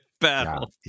battle